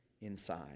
inside